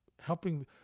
helping